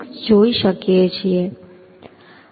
6 જોઈ શકીએ છીએ